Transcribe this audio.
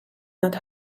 not